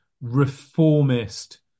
reformist